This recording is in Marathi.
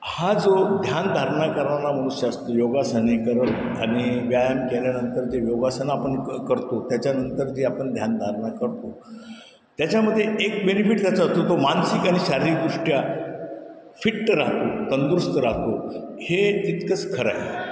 हा जो ध्यानधारणा करणारा मनुष्य असतो योगासने करत आणि व्यायाम केल्यानंतर जे योगासन आपण क करतो त्याच्यानंतर जे आपण ध्यानधारणा करतो त्याच्यामध्ये एक बेनिफिट त्याचा असतो तो मानसिक आणि शारीरिकदृष्ट्या फिट्ट राहतो तंदुरुस्त राहतो हे तितकंच खरं आहे